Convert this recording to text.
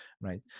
right